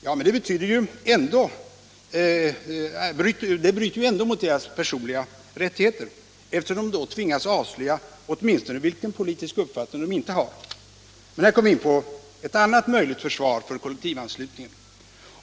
Ja, men detta bryter ju ändå mot deras personliga rättigheter, eftersom de då tvingas avslöja åtminstone vilken politisk uppfattning de inte har. Men här kommer vi in på ett annat möjligt försvar för kollektivanslutningen.